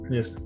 Yes